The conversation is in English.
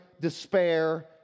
despair